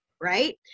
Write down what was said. right